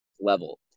level